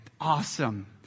awesome